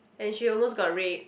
and she almost got raped